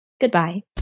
Goodbye